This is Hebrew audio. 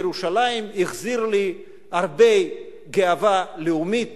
בירושלים החזיר לי הרבה גאווה לאומית